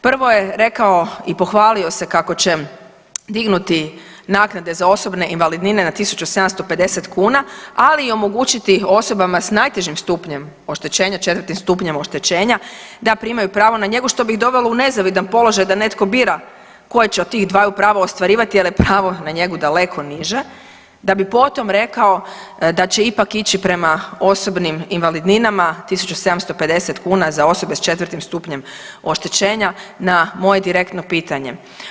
Prvo je rekao i pohvalio se kako će dignuti naknade za osobne invalidnine na 1750 kuna, ali i omogućiti osobama sa najtežim stupnjem oštećenja, četvrtim stupnjem oštećenja da primaju pravo na njegu što bi ih dovelo u nezavidan položaj da netko bira koje će od tih dvaju prava ostvarivati jer je pravo na njegu daleko niže, da bi potom rekao da će ipak ići prema osobnim invalidninama 1750 kuna za osobe sa četvrtim stupnjem oštećenja na moje direktno pitanje.